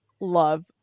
love